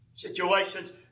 Situations